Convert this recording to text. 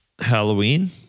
Halloween